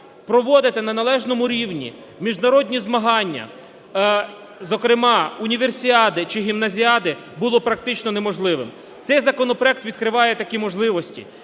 проводити на неналежному рівні міжнародні змагання, зокрема універсіади чи гімназіади, було практично неможливим. Цей законопроект відкриває такі можливості,